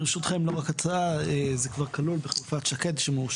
ברשותכם, זה לא רק הצעה, זה כלול בחלופת שקד.